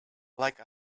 like